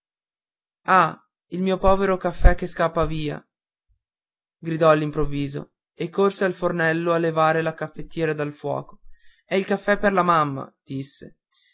ah il mio povero caffè che scappa via gridò all'improvviso e corse al fornello a levare la caffettiera dal fuoco è il caffè per la mamma disse